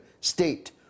state